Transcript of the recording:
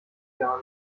gar